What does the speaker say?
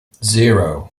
zero